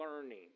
learning